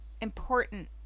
important